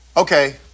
Okay